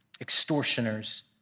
extortioners